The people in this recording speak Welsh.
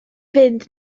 fynd